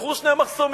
נפתחו שני מחסומים.